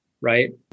right